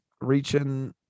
reaching